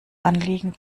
anliegen